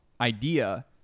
idea